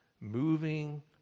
moving